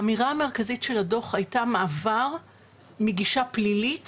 האמירה המרכזית של הדו"ח הייתה מעבר מגישה פלילית